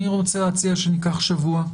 אני רוצה להציע שניקח שבוע,